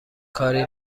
کاری